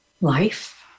life